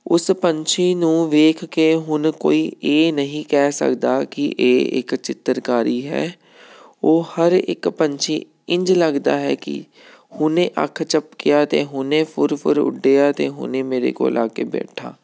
ਉਸ ਪੰਛੀ ਨੂੰ ਵੇਖ ਕੇ ਹੁਣ ਕੋਈ ਇਹ ਨਹੀਂ ਕਹਿ ਸਕਦਾ ਕਿ ਇਹ ਇੱਕ ਚਿੱਤਰਕਾਰੀ ਹੈ ਉਹ ਹਰ ਇੱਕ ਪੰਛੀ ਇੰਝ ਲੱਗਦਾ ਹੈ ਕਿ ਹੁਣੇ ਅੱਖ ਝਪਕਿਆਂ ਅਤੇ ਹੁਣੇ ਫੁਰ ਫੁਰ ਉੱਡਿਆ ਅਤੇ ਹੁਣੇ ਮੇਰੇ ਕੋਲ ਆ ਕੇ ਬੈਠਾ